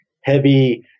heavy